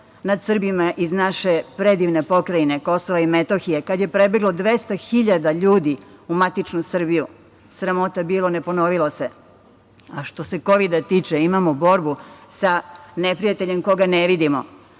nad Srbima iz naše predivne Pokrajine KiM, kada je prebeglo 200.000 ljudi u matičnu Srbiju. Sramota bilo, ne ponovilo se. Što se Kovida tiče, imamo borbu sa neprijateljem koga ne vidimo.